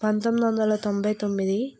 పంతొమ్మిది వందల తొంభై తొమ్మిది